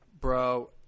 bro